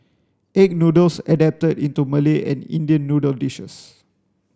egg noodles adapted into Malay and Indian noodle dishes